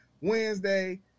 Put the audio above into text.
Wednesday